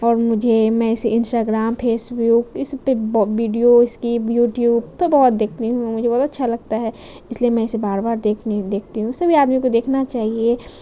اور مجھے میں اسے انسٹاگرام فیس بک اس پہ ویڈیو اس کی یٹیوب پہ بہت دیکھتی ہوں مجھے بہت اچھا لگتا ہے اس لیے میں اسے بار بار دیکھنے دیکھتی ہوں سبھی آدمی کو دیکھنا چاہیے